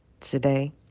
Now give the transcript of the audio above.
today